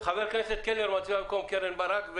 חבר הכנסת קלנר מצביע במקום קרן ברק,